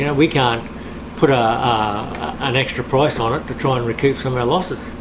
yeah we can't put an extra price on it to try and recoup some of our losses.